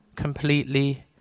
Completely